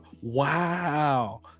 wow